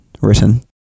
written